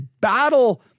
battle